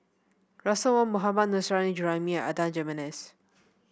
Russel Wong Mohammad Nurrasyid Juraimi and Adan Jimenez